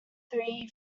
three